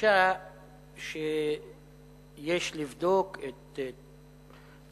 בפגישה שיש לבדוק את התת-תעסוקה,